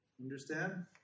Understand